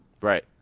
right